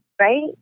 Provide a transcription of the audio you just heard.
right